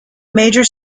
major